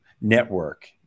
network